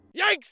Yikes